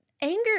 anger